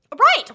Right